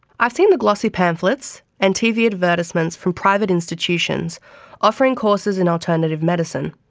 i've seen the glossy pamphlets and tv advertisements from private institutions offering courses in alternative medicine.